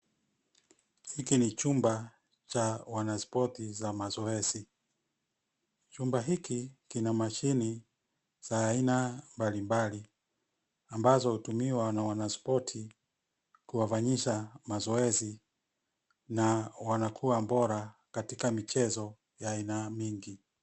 Hiki ni chumba cha wanaspoti za mazoezi. Chumba hiki kina mashini za aina mbali mbali mbazo hutumiwa na wanaspoti kuwafanyisha mazoezi na wanakuwa bora katika michezo ya aina nyingi.